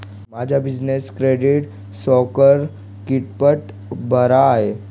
माझा business credit score कितपत बरा आहे?